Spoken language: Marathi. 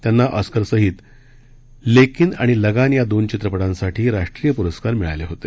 त्यांना ऑस्करसहित लेकिन आणि लगान या दोन चित्रपटांसाठी राष्ट्रीय पुरस्कार मिळाले होते